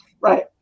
right